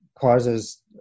causes